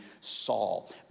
Saul